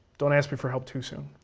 don't ask me for help too soon.